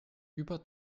über